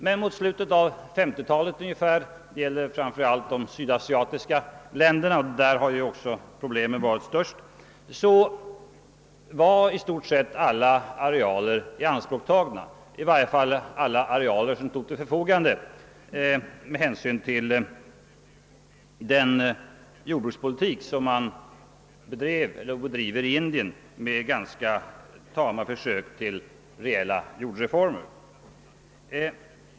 Men mot slutet av 1950-talet ungefär — det gäller framför allt de sydasiatiska länderna och där har ju också problemen varit störst — var i stort sett alla arealer ianspråktagna, i varje fall alla arealer som stod till förfogande med hänsyn till den jordbrukspolitik som man bedrev och bedriver i Indien med ganska tama försök till reella jordreformer.